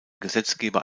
gesetzgeber